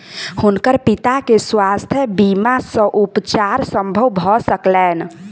हुनकर पिता के स्वास्थ्य बीमा सॅ उपचार संभव भ सकलैन